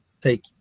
take